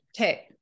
okay